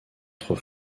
trop